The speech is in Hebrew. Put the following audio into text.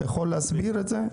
האם תוכל להסביר זאת?